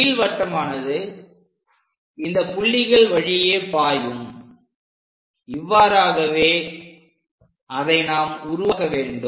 நீள்வட்டமானது இந்த புள்ளிகள் வழியே பாயும் இவ்வாறாகவே நாம் அதை உருவாக்க வேண்டும்